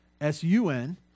S-U-N